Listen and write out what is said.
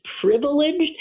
privileged